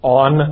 on